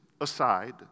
aside